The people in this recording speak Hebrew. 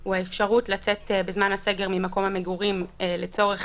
הוא האפשרות לצאת בזמן הסגר ממקום המגורים לצורך